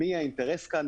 מי בעל האינטרס כאן?